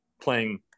playing